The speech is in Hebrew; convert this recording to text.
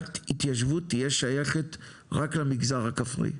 התיישבות תהיה שייכת רק למגזר הכפרי,